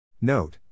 Note